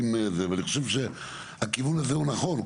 אני חושב שהכיוון הזה הוא נכון.